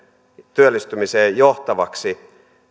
työllistymiseen johtavaksi